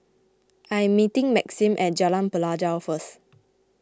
I am meeting Maxim at Jalan Pelajau first